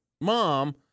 mom